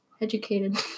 Educated